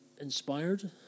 inspired